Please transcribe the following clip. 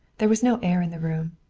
there was no air in the room.